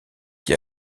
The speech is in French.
qui